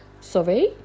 sorry